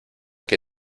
que